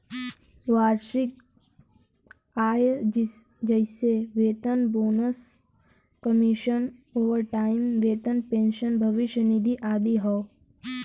वार्षिक आय जइसे वेतन, बोनस, कमीशन, ओवरटाइम वेतन, पेंशन, भविष्य निधि आदि हौ